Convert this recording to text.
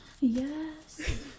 Yes